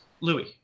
Louis